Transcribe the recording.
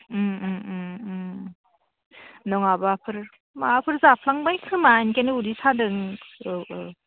नङाबाफोर माबाफोर जाफ्लांबाय खोमा बेनिखायनो उदै सादों औ औ